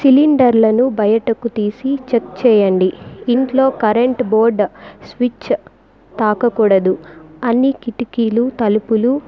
cylinder లను బయటకు తీసి చెక్ చేయండి ఇంట్లో కరెంటు బోర్డ్ స్విచ్ తాకకూడదు అన్నీ కిటికీలు తలుపులు